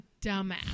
dumbass